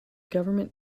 government